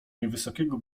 niewysokiego